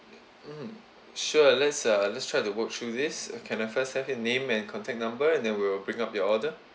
mmhmm sure let's uh let's try to work through this uh can I first have your name and contact number and then we'll bring up the order